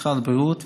משרד הבריאות,